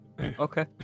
Okay